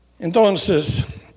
Entonces